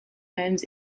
homes